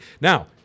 Now